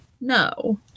no